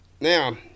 Now